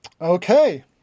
Okay